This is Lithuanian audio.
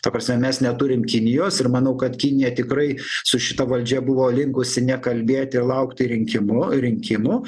ta prasme mes neturim kinijos ir manau kad kinija tikrai su šita valdžia buvo linkusi nekalbėt ir laukti rinkimų rinkimų